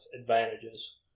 advantages